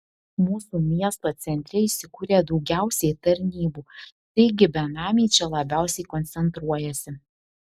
mūsų miesto centre įsikūrę daugiausiai tarnybų taigi benamiai čia labiausiai koncentruojasi